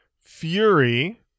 Fury